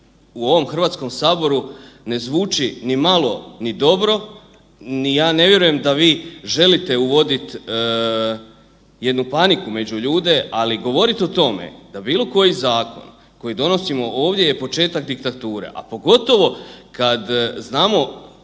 u ovom Hrvatskom saboru ne zvuči ni malo, ni dobro ni ja ne vjerujem da vi želite uvodit jednu paniku među ljude, ali govoriti o tome da bilo koji zakon koji donosimo ovdje je početak diktature, a pogotovo kad znamo